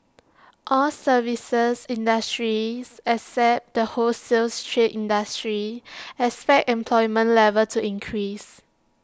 all services industries except the wholesales trade industry expect employment level to increase